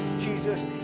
Jesus